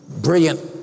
brilliant